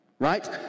Right